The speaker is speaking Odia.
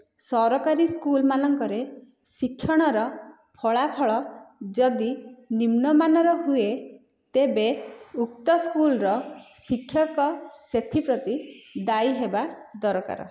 ସରକାରି ସ୍କୁଲ ମାନଙ୍କରେ ଶିକ୍ଷଣର ଫଳାଫଳ ଯଦି ନିମ୍ନ ମାନର ହୁଏ ତେବେ ଉକ୍ତ ସ୍କୁଲର ଶିକ୍ଷକ ସେଥିପ୍ରତି ଦାୟୀ ହେବା ଦରକାର